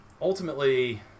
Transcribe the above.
ultimately